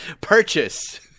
purchase